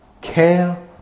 care